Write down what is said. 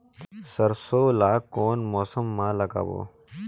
सरसो ला कोन मौसम मा लागबो?